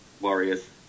Warriors